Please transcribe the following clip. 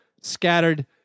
Scattered